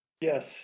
Yes